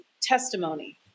testimony